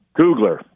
Googler